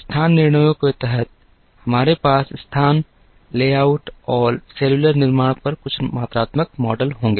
स्थान निर्णयों के तहत हमारे पास स्थान लेआउट और सेलुलर निर्माण पर कुछ मात्रात्मक मॉडल होंगे